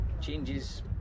changes